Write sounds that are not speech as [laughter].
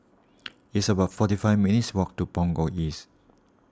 [noise] it's about forty five minutes' walk to Punggol East